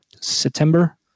September